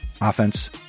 offense